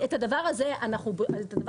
אז את הדבר הזה אנחנו בודקים,